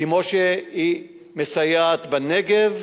כמו שהיא מסייעת בנגב,